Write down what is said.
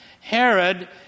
Herod